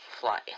Fly